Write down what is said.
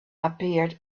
appeared